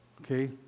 okay